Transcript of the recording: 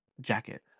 jacket